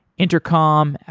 intercom,